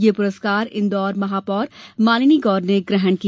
यह पुरस्कार इन्दौर महापौर मालिनी गौर ने गृहण किया